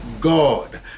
God